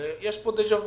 הרי יש כאן דז'ה וו.